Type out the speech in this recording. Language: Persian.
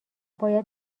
باید